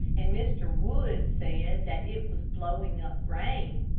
and mr. wood said that it was blowing up rain.